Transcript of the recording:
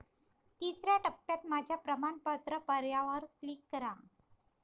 तिसर्या टप्प्यात माझ्या प्रमाणपत्र पर्यायावर क्लिक करा